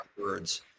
words